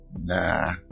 nah